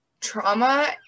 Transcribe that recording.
Trauma